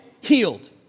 healed